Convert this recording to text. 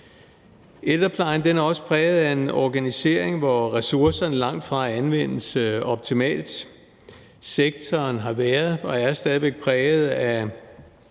Ældreplejen er også præget af en organisering, hvor ressourcerne langtfra anvendes optimalt. Sektoren har været og er stadig væk præget af